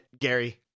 Gary